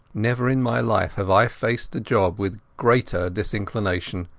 never in my life have i faced a job with greater disinclination.